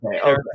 Okay